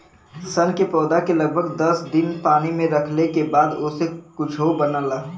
सन के पौधा के लगभग दस दिन पानी में रखले के बाद ओसे कुछो बनला